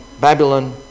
Babylon